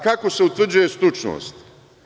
Kako se utvrđuje stručnost?